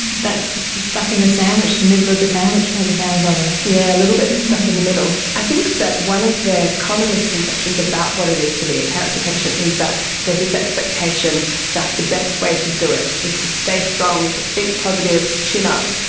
that's stuck in the middle of the sandwich, by the sounds of it. yes, yeah a little bit stuck in the middle. i think that one of the common misconceptions about what it is to be a cancer patient is that there is this expectation that the best way to do it is to stay strong, to think positive, chin up,